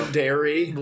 dairy